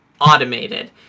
automated